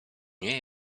nie